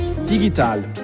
Digital